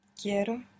Quiero